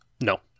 No